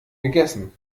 gegessen